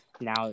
now